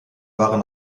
waren